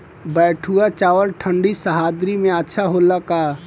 बैठुआ चावल ठंडी सह्याद्री में अच्छा होला का?